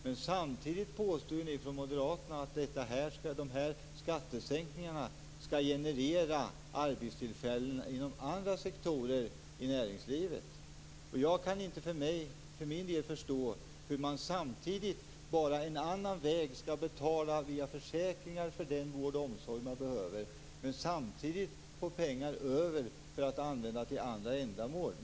Men samtidigt påstår ni ju från Moderaternas sida att de här skattesänkningarna skall generera arbetstillfällen inom andra sektorer i näringslivet. Jag kan för min del inte förstå hur man samtidigt - bara en annan väg - skall betala via försäkringar för den vård och omsorg man behöver, och samtidigt få pengar över för att använda till andra ändamål.